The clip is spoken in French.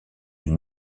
une